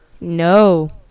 No